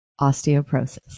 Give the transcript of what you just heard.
Osteoporosis